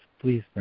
please